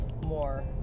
more